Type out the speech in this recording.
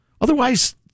Otherwise